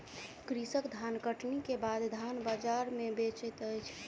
कृषक धानकटनी के बाद धान बजार में बेचैत अछि